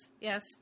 yes